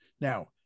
Now